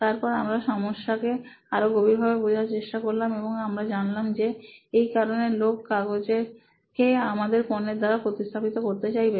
তারপর আমরা সমস্যাকে আরো গভীরভাবে বোঝার চেষ্টা করলাম এবং আমরা জানলাম যে এই কারণে লোক কাগজকে আমাদের পণ্যের দ্বারা প্রতিস্থাপিত করতে চাইবে